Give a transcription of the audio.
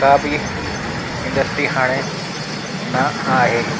को बि इंडस्ट्री हाणे ना आहे